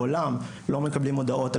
לעולם לא מקבלים הודעות,